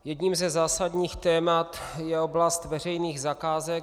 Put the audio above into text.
Jedním ze zásadních témat je oblast veřejných zakázek.